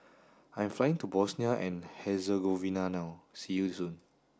I am flying to Bosnia and Herzegovina now see you soon